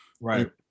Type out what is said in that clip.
Right